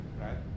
right